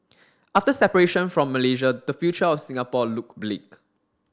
after separation from Malaysia the future of Singapore looked bleak